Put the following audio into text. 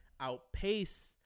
outpace